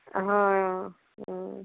হয় অঁ